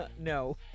No